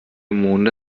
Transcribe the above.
monde